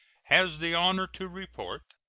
has the honor to report